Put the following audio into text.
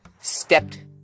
stepped